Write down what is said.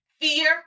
Fear